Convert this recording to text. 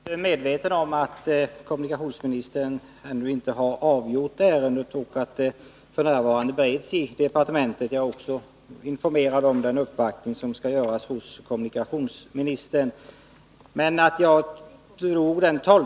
Herr talman! Jag är fullt medveten om att kommunikationsministern ännu inte har avgjort ärendet och att det f. n. bereds i departementet. Jag är också informerad om den uppvaktning som skall göras hos kommunikationsministern.